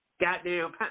goddamn